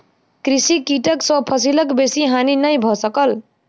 कृषि कीटक सॅ फसिलक बेसी हानि नै भ सकल